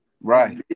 Right